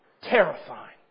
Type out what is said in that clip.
terrifying